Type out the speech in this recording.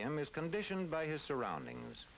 him is conditioned by his surroundings